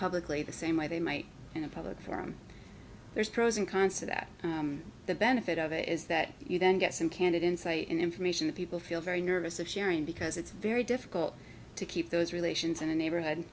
publicly the same way they might in a public forum there's pros and cons to that the benefit of it is that you then get some candid insight and information that people feel very nervous of sharing because it's very difficult to keep those relations in a neighborhood